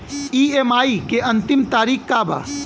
EMI के अंतिम तारीख का बा?